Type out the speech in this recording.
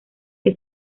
que